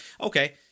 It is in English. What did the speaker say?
Okay